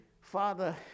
Father